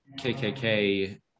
kkk